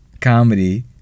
comedy